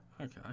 Okay